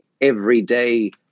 everyday